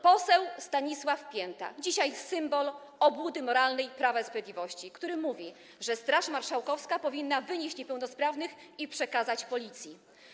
Poseł Stanisław Pięta, dzisiaj symbol obłudy moralnej Prawa i Sprawiedliwości, który mówił, że Straż Marszałkowska powinna wynieść niepełnosprawnych i przekazać Policji.